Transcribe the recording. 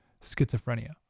schizophrenia